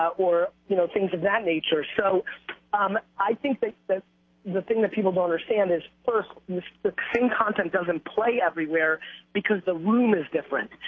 or, you know, things of that nature. so i think that so the thing that people don't understand is, first the same content doesn't play everywhere because the room is different.